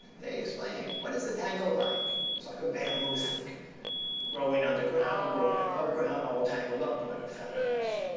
they explain, what is a tangle like? it's like a bamboo thicket growing underground, growing above ground, all tangled up like a fence.